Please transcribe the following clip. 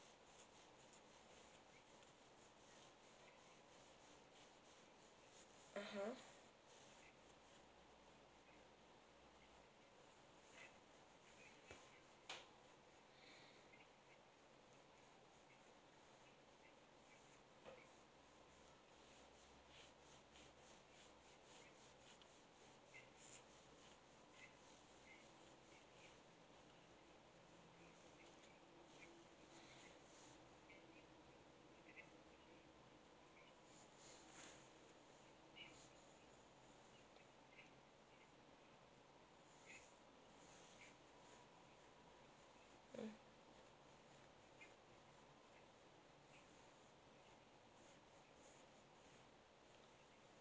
uhhuh mm